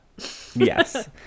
Yes